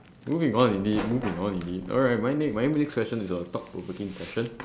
moving on indeed moving on indeed alright my ne~ my next question is a thought provoking question